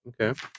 Okay